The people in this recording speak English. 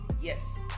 Yes